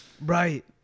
Right